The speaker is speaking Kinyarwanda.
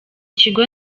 kigo